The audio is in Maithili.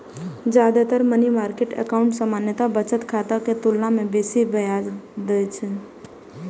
जादेतर मनी मार्केट एकाउंट सामान्य बचत खाता के तुलना मे बेसी ब्याज दै छै